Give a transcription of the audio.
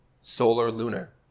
solar-lunar